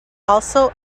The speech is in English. also